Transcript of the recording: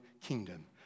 kingdom